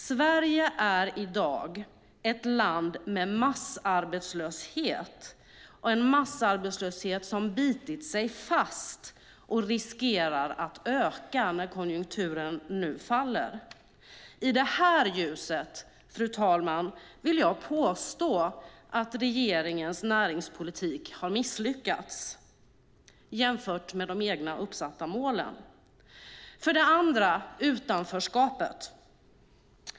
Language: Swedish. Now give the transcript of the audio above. Sverige är i dag ett land med en massarbetslöshet som bitit sig fast och riskerar att öka när konjunkturen nu faller. I detta ljus, fru talman, vill jag påstå att regeringens näringspolitik misslyckats jämfört med de egna uppsatta målen. För det andra - utanförskapet.